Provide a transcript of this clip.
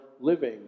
living